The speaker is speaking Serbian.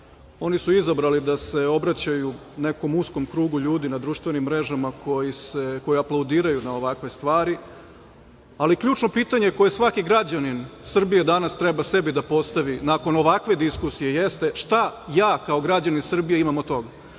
Oni su izabrali da se obraćaju nekom uskom krugu ljudi na društvenim mrežama koji aplaudiraju na ovakve stvari, ali ključno pitanje koje svaki građanin Srbije danas treba sebi da postavi nakon ovakve diskusije jeste – šta ja kao građanin Srbije imam od